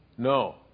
No